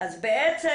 אז בעצם